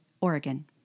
Oregon